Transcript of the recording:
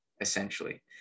essentially